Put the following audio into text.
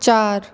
ਚਾਰ